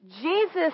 Jesus